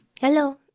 Hello